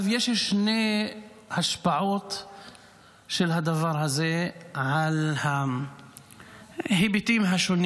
יש שתי השפעות של הדבר הזה על ההיבטים השונים